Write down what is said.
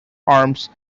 arms